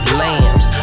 lambs